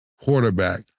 quarterback